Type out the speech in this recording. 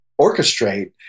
orchestrate